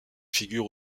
figure